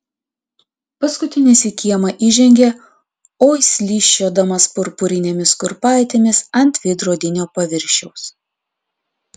paskutinis į kiemą įžengė oi slysčiodamas purpurinėmis kurpaitėmis ant veidrodinio paviršiaus